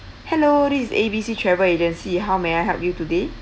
hello this is A B C travel agency how may I help you today